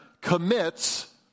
commits